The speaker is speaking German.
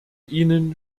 ihnen